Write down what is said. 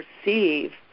perceive